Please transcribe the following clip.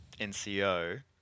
NCO